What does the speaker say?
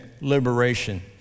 liberation